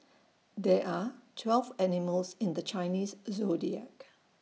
there are twelve animals in the Chinese Zodiac